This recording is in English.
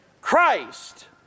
Christ